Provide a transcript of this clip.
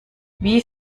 wie